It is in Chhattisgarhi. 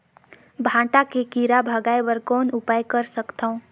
भांटा के कीरा भगाय बर कौन उपाय कर सकथव?